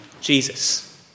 Jesus